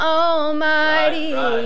almighty